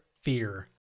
fear